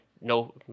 no